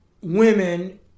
women